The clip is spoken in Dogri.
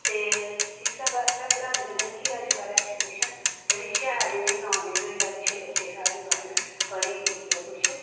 ते इस्सै बास्तै पढांदे न कि अजकल्ल ऐजुकेशन जेह्ड़ी शैल इ'नें गी नालेज होई जाऽ ते अच्छे बच्चे साढ़े बनन पढ़ी लिखियै कुछ